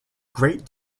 great